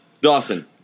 Dawson